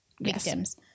victims